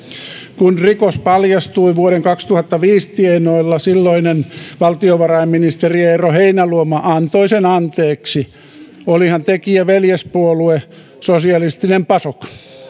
kun rikos paljastui vuoden kaksituhattaviisi tienoilla silloinen valtiovarainministeri eero heinäluoma antoi sen anteeksi olihan tekijä veljespuolue sosialistinen pasok